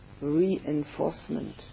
reinforcement